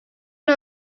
are